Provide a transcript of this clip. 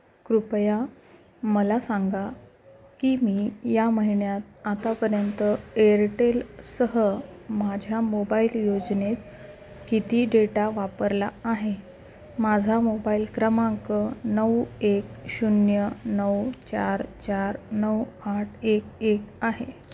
कृपया मला सांगा की मी या महिन्यात आतापर्यंत एअरटेलसह माझ्या मोबाईल योजनेत किती डेटा वापरला आहे माझा मोबाईल क्रमांक नऊ एक शून्य नऊ चार चार नऊ आठ एक एक आहे